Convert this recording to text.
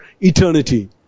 eternity